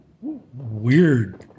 weird